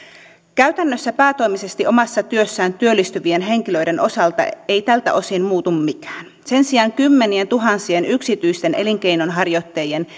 käytännössä päätoimisesti omassa työssään työllistyvien henkilöiden osalta ei tältä osin muutu mikään sen sijaan kymmenientuhansien yksityisten elinkeinonharjoittajien